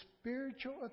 spiritual